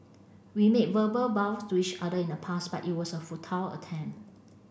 we made verbal vows to each other in the past but it was a futile attempt